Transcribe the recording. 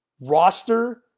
roster